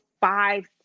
five